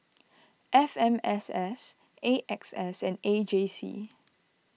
F M S S A X S and A J C